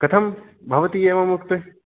कथं भवती एवमुक्तं